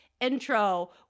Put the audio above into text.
intro